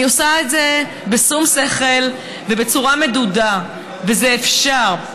אני עושה את זה בשום שכל ובצורה מדודה, וזה אפשר.